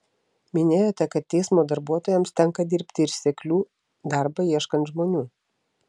minėjote kad teismo darbuotojams tenka dirbti ir seklių darbą ieškant žmonių